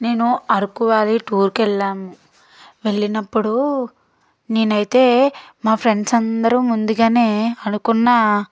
నేను అరకు వ్యాలీ టూర్కి వెళ్ళాము వెళ్ళినప్పుడు నేనైతే మా ఫ్రెండ్స్ అందరూ ముందుగానే అనుకున్న